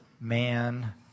man